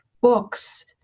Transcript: books